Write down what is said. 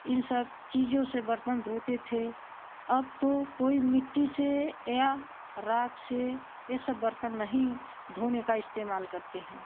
इन सब चीज़ों से बर्तन धोते थे अब तो कोई मिट्टी से या राख से ये सब बर्तन नहीं धोने का इस्तेमाल करते हैं